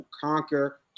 conquer